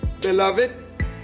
beloved